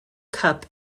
cup